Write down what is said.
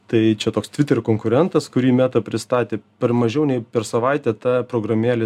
tai čia toks tviter konkurentas kurį meta pristatė per mažiau nei per savaitę ta programėlė